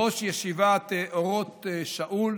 ראש ישיבת אורות שאול,